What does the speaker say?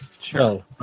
sure